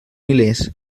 milers